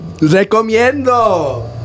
Recomiendo